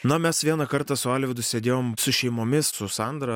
na mes vieną kartą su alvydu sėdėjom su šeimomis su sandra